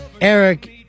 Eric